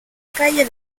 calle